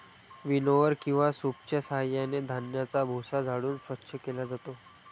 विनओवर किंवा सूपच्या साहाय्याने धान्याचा भुसा झाडून स्वच्छ केला जातो